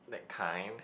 that kind